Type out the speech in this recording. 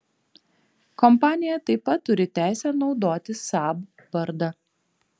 kompanija taip pat turi teisę naudoti saab vardą